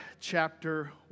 chapter